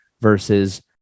versus